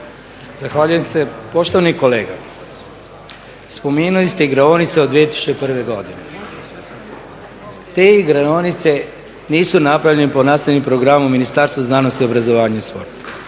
Zahvaljujem. Poštovani kolega, spomenuli ste igraonice od 2001. godine, te igraonice nisu napravljene po nastavnom programu Ministarstva znanosti, obrazovanja i sporta.